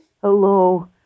Hello